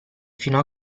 fino